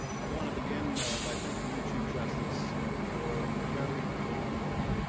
i want to begin by thinking you chief justice for a very long day.